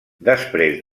després